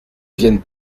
viennent